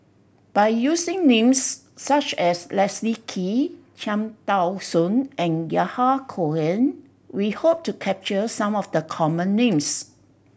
by using names such as Leslie Kee Cham Tao Soon and Yahya Cohen we hope to capture some of the common names